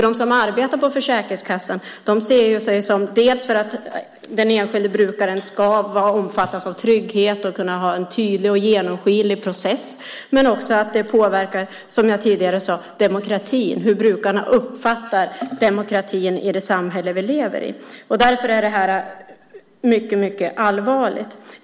Den som arbetar på Försäkringskassan ser som sin uppgift att den enskilde brukaren ska omfattas av trygghet och ha en tydlig och genomskinlig process. Det påverkar, som jag tidigare sade, hur brukarna uppfattar demokratin i det samhälle som vi lever i. Därför är detta mycket allvarligt.